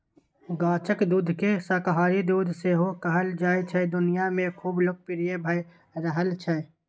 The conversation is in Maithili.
गाछक दुधकेँ शाकाहारी दुध सेहो कहल जाइ छै दुनियाँ मे खुब लोकप्रिय भ रहल छै